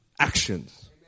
actions